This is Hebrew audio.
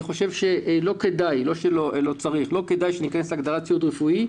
אני חושב שלא כדאי לא שלא צריך שניכנס להגדרה "ציוד רפואי",